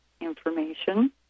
information